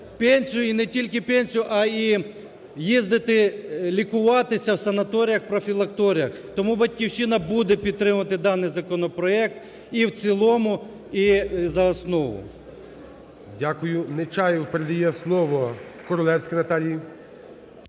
і не тільки пенсію, а й їздити лікуватися в санаторіях-профілакторіях. Тому "Батьківщина" буде підтримувати даний законопроект і в цілому, і за основу. ГОЛОВУЮЧИЙ. Дякую. Нечаєв передає слово Королевській Наталії.